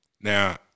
Now